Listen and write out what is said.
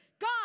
God